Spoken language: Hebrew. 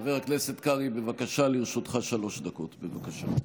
חבר הכנסת קרעי, לרשותך שלוש דקות, בבקשה.